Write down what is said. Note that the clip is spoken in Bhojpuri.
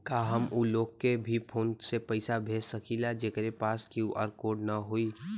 का हम ऊ लोग के भी फोन से पैसा भेज सकीला जेकरे पास क्यू.आर कोड न होई?